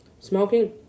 smoking